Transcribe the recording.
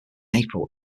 april